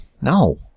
No